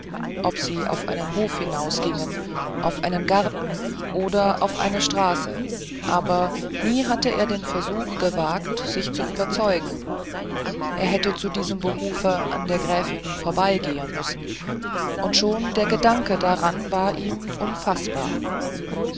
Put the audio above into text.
ob sie auf einen hof hinausgingen auf einen garten oder auf eine straße aber nie hatte er den versuch gewagt sich zu überzeugen er hätte zu diesem behufe an der gräfin vorbeigehen müssen und schon der gedanke daran war ihm unfaßbar